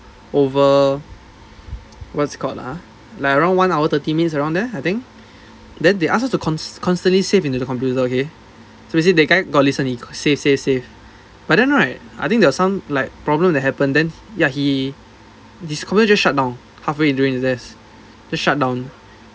over what's it called ah like around one hour thirty minutes around there I think then they ask us to const~ constantly save into the computer okay so is it that guy got listen he save save save but then right I think there are some like problem that happened then ya he his computer just shut down halfway during the test just shut down